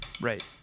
Right